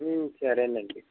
సరేనండి